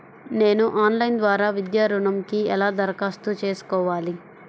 నేను ఆన్లైన్ ద్వారా విద్యా ఋణంకి ఎలా దరఖాస్తు చేసుకోవాలి?